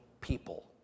people